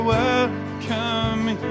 welcome